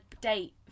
date